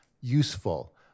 useful